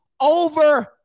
over